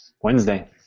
Wednesday